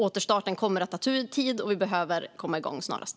Återstarten kommer att ta tid, och vi behöver komma igång snarast.